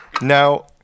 Now